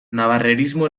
navarrerismo